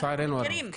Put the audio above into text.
לצערנו הרב.